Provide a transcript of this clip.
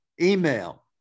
Email